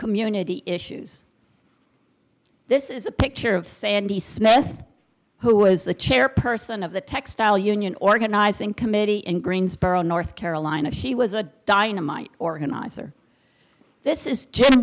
community issues this is a picture of sandy smith who was the chairperson of the textile union organizing committee in greensboro north carolina she was a dynamite organizer this is